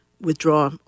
withdraw